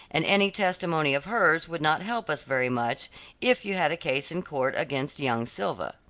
and any testimony of hers would not help us very much if you had a case in court against young silva.